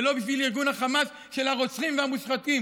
ולא בשביל ארגון החמאס של הרוצחים והמושחתים,